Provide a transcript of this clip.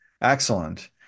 excellent